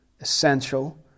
Essential